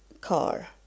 car